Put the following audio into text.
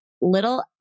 little